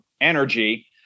energy